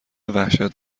وحشت